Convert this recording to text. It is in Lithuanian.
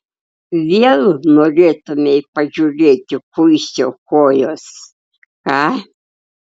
vėl norėtumei pažiūrėti kuisio kojos ką